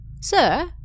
Sir